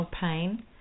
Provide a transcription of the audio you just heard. pain